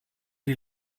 die